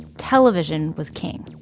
television was king.